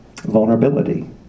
vulnerability